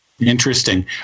Interesting